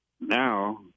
now